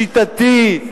שיטתי,